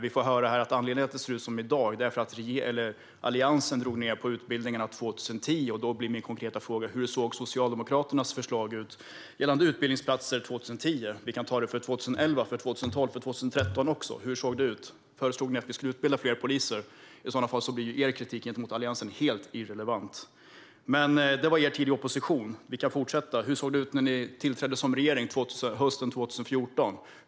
Vi får höra här att anledningen till att det ser ut som det gör i dag är att Alliansen drog ned på utbildningsplatser 2010. Då är min konkreta fråga: Hur såg Socialdemokraternas förslag ut gällande utbildningsplatser 2010? Vi kan ta det också för 2011, 2012 och 2013. Hur såg det ut? Föreslog ni att vi skulle utbilda fler poliser? Annars blir ju er kritik mot Alliansen helt irrelevant. Men det var under er tid i opposition. Vi kan fortsätta. Hur såg det ut när ni tillträdde som regering hösten 2014?